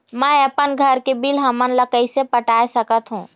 मैं अपन घर के बिल हमन ला कैसे पटाए सकत हो?